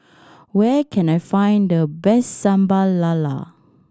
where can I find the best Sambal Lala